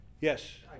Yes